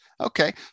okay